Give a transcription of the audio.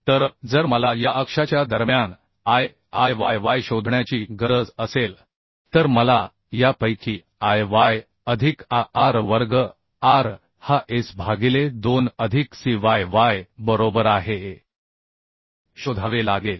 तर जर मला या अक्षाच्या दरम्यान I I y y शोधण्याची गरज असेल तर मला या पैकी I y अधिक A r वर्ग r हा S भागिले 2 अधिक C y y बरोबर आहे हे शोधावे लागेल